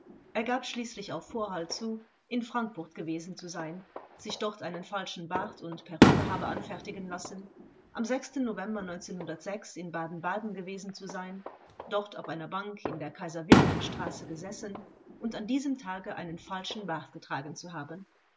er gab schließlich auf vorhalt zu in frankfurt gewesen zu sein sich dort einen falschen bart und perücke habe anfertigen lassen am november in baden-baden gewesen zu sein dort auf einer bank in der kaiser wilhelm straße gesessen und an diesem tage einen falschen bart getragen zu haben